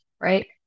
right